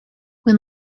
when